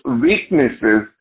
weaknesses